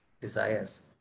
desires